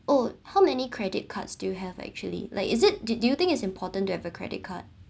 oh how many credit cards do you have actually like is it do you think its important to have a credit card